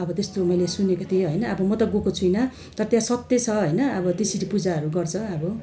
अब त्यस्तो मैले सुनेको थिएँ होइन अब म त गएको छुइनँ तर त्यहाँ सत्य छ होइन अब त्यसरी पूजाहरू गर्छ अब